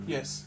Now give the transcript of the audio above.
Yes